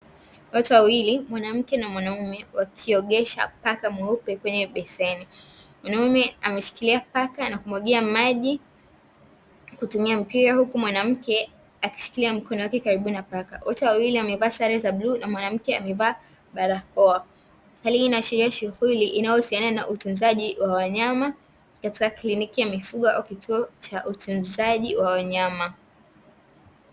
Watu wawili mwanamke na mwanaume wakiogesha paka mweupe kwenye beseni, mwanaume akimwagia paka maji kwa kutumika mpira uku mwanamke akishikilia mkono wake karibu na paka. Wote wawili wanevaa sare ya bluu na mwanamke amevaa barakoa, hali hii inayoashiria shunghuli inayohusia na utunzaji wa wanyama katika cliniki ya mifugo au kituo cha utunzaji wa wanyama .